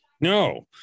No